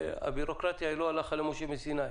והבירוקרטיה היא לא הלכה למשה מסיני.